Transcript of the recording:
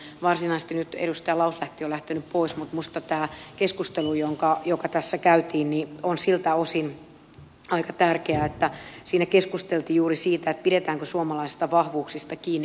nyt edustaja lauslahti on lähtenyt pois mutta minusta tämä keskustelu joka tässä käytiin on siltä osin aika tärkeä että siinä keskusteltiin juuri siitä pidetäänkö suomalaisista vahvuuksista kiinni